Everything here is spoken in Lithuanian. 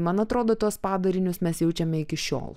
man atrodo tuos padarinius mes jaučiame iki šiol